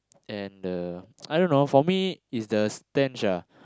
and the I don't know for me is the stench ah